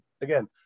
again